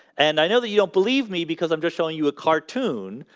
and i know that you don't believe me because i'm just showing you a cartoon.